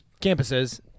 campuses